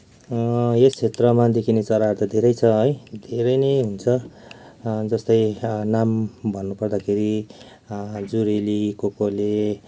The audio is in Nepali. यस क्षेत्रमा देखिने चराहरू त धेरै छ है धेरै नै हुन्छ जस्तै नाम भन्नुपर्दाखेरि जुरेली कोकले